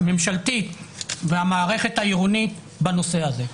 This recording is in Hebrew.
הממשלתית והמערכת העירונית בנושא הזה.